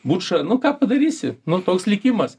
bučą nu ką padarysi nu toks likimas